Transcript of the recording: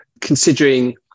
considering